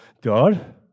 God